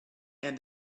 and